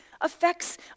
affects